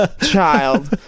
child